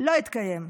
לא התקיים.